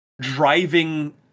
driving